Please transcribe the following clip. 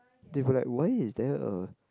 they'll be like why is there a